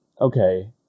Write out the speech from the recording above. Okay